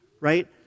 right